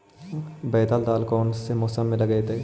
बैतल दाल कौन से मौसम में लगतैई?